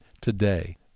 today